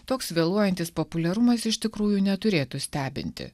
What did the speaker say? toks vėluojantis populiarumas iš tikrųjų neturėtų stebinti